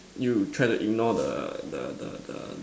you try to ignore the the the the